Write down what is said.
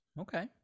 okay